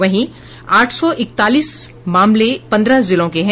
वहीं आठ सौ इकतालीस मामले पन्द्रह जिलों के हैं